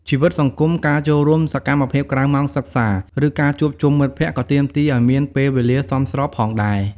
ជីវិតសង្គម ការចូលរួមសកម្មភាពក្រៅម៉ោងសិក្សា ឬការជួបជុំមិត្តភក្តិ ក៏ទាមទារឲ្យមានពេលវេលាសមស្របផងដែរ។